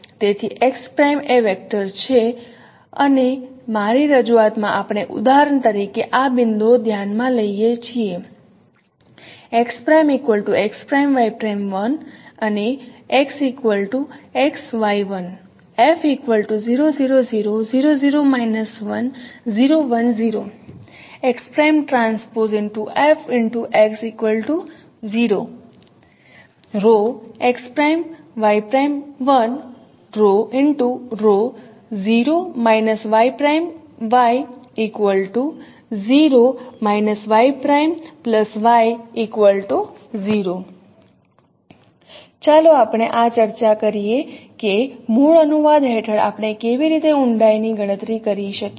તેથી x' એ vector છે અને મારી રજૂઆતમાં આપણે ઉદાહરણ તરીકે આ બિંદુ ઓ ધ્યાનમાં લઈએ છીએ ચાલો આપણે ચર્ચા કરીએ કે મૂળ અનુવાદ હેઠળ આપણે કેવી રીતે ઊંડાઈની ગણતરી કરી શકીએ